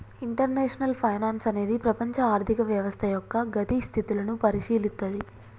international finance అనేది ప్రపంచ ఆర్థిక వ్యవస్థ యొక్క గతి స్థితులను పరిశీలిత్తది